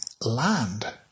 land